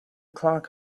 clark